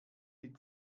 die